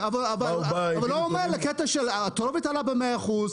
אבל התערובת עלתה ב-100%,